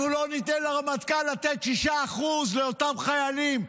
אנחנו לא ניתן לרמטכ"ל לתת 6% לאותם חיילים.